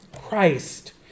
Christ